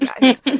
guys